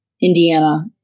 Indiana